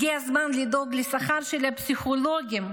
הגיע הזמן לדאוג לשכר של הפסיכולוגים,